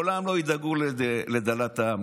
לעולם לא ידאגו לדַּלַּת העם,